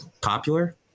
Popular